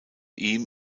ihm